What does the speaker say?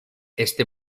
este